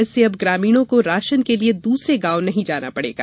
इससे अब ग्रामीणों को राशन के लिये दूसरे गांव नहीं जाना पड़ेगा